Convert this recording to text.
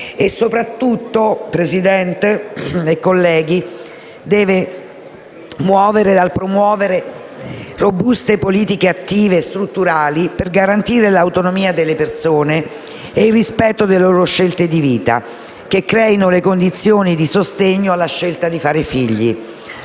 e soprattutto dal promuovere robuste politiche attive e strutturali per garantire l'autonomia delle persone e il rispetto delle loro scelte di vita che creino le condizioni di sostegno alla scelta di fare figli.